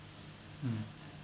mm